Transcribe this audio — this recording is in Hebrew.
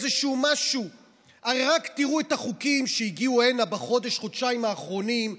רק תראו את החוקים שהגיעו הנה בחודש-חודשיים האחרונים.